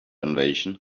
invasion